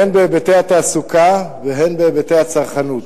הן בהיבטי התעסוקה והן בהיבטי הצרכנות.